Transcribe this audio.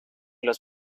los